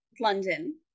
London